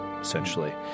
essentially